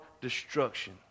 destruction